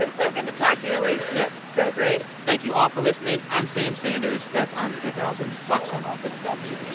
ah so like and to talk to you, elise yes so great thank you all for listening. i'm sam sanders. that's andre three thousand. talk soon. on the subject,